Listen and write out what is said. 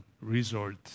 resort